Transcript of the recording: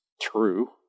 true